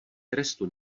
trestu